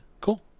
cool